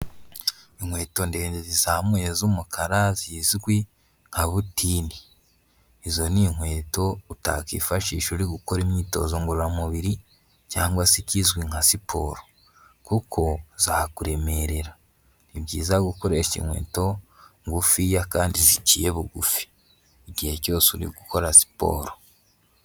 Inkweto ndende zizamuye z'umukara zizwi nka butini. Izo ni inkweto utakifashisha uri gukora imyitozo ngororamubiri cyangwa se ikizwi nka siporo, kuko zakuremerera. Ni byiza gukoresha inkweto ngufiya kandi ziciye bugufi, igihe cyose uri gukora siporo.